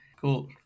Cool